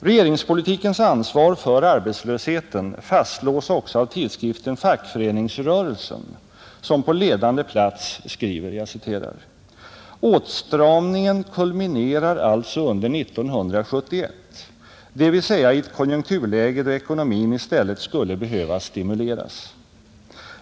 Regeringspolitikens ansvar för arbetslösheten fastslås också av tidskriften Fackföreningsrörelsen som på ledande plats skriver: ”Åtstramningen kulminerar alltså under 1971, dvs. i ett konjunkturläge då ekonomin i stället skulle behöva stimuleras.